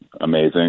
amazing